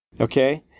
okay